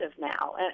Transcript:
now